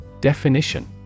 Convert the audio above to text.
Definition